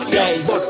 days